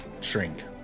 shrink